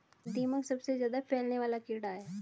दीमक सबसे ज्यादा फैलने वाला कीड़ा है